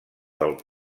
del